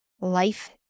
life